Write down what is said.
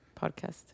podcast